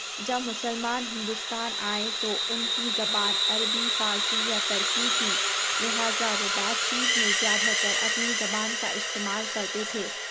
جب مسلمان ہندوستان آئے تو اُن کی زبان عربی فارسی یا ترکی تھی لہذٰا وہ بات چیت میں زیادہ تر اپنی زبان کا استعمال کرتے تھے